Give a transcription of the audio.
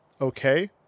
okay